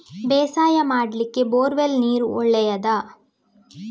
ಬೇಸಾಯ ಮಾಡ್ಲಿಕ್ಕೆ bore well ನೀರು ಒಳ್ಳೆಯದಾ?